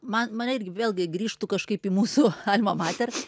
man man irgi vėlgi grįžtu kažkaip į mūsų alma mater